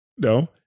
no